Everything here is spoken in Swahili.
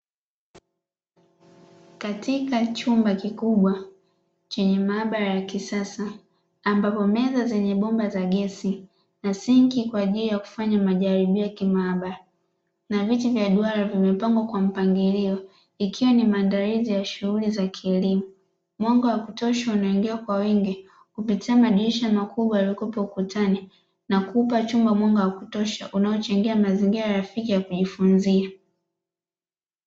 Katika chumba kikubwa chenye maabara ya kisasa ambapo meza zenye bomba za gesi na sinki kwa ajili ya kufanya majaribio, kimaabara na viti vya duara vimepangwa kwa mpangilio, ikiwa ni maandalizi ya shughuli za kilimo, mwanga wa kutosha unaingia kwa wingi kupitia madirisha makubwa yaliyokuwepo ukutani na kuupa chumba mwanga wa kutosha unaochangia mazingira rafiki ya kujifunzia.